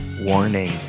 Warning